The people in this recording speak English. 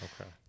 Okay